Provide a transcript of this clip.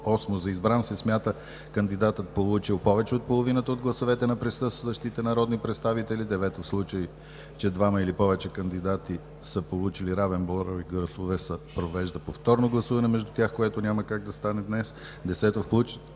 8. За избран се смята кандидатът, получил повече от половината от гласовете на присъстващите народни представители. 9. В случай, че двама или повече кандидати са получили равен брой гласове, се провежда повторно гласуване между тях, което няма как да стане днес. 10. В случай,